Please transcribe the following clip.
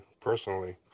personally